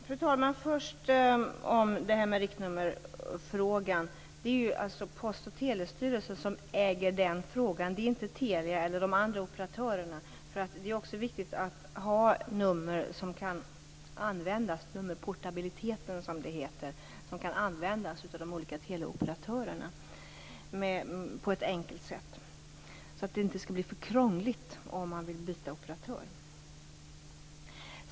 Fru talman! Först till frågan om riktnummer. Det är Post och telestyrelsen som äger den frågan, inte Telia eller de andra operatörerna. Det är också viktigt att ha nummer som kan användas - nummerportabilitet som det heter - av de olika teleoperatörerna på ett enkelt sätt. Det får inte bli för krångligt om man vill byta operatör.